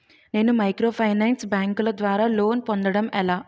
నేను మైక్రోఫైనాన్స్ బ్యాంకుల ద్వారా లోన్ పొందడం ఎలా?